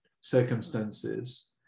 circumstances